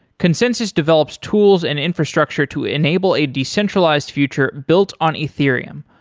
consensys develops tools and infrastructure to enable a decentralized future built on ethereum,